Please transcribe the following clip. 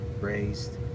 raised